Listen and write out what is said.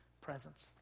presence